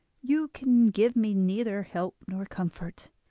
you can give me neither help nor comfort